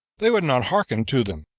they would not hearken to them,